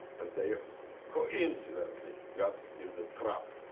and they, ah coincidentally, got in the trap.